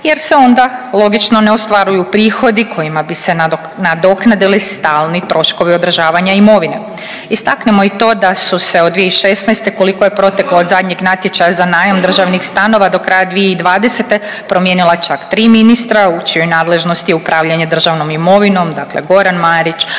jer se onda logično ne ostvaruju prihodi kojima bi se nadoknadili stalni troškovi održavanja imovine. Istaknimo i to da su se od 2016. koliko je proteklo od zadnjeg natječaja za najam državnih stanova do kraja 2020. promijenila čak tri ministra u čijoj nadležnosti je upravljanje državnom imovinom dakle Goran Marić,